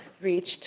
reached